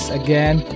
again